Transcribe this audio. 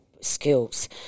skills